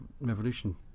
revolution